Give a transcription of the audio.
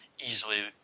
easily